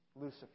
Lucifer